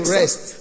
rest